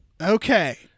Okay